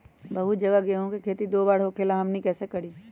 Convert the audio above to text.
बहुत जगह गेंहू के खेती दो बार होखेला हमनी कैसे करी?